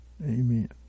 Amen